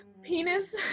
Penis